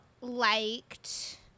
liked